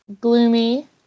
gloomy